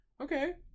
Okay